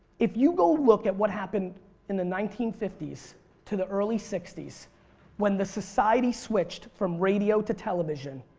if you go look at what happened in the nineteen fifty s to the early sixty s when the society switched from radio to television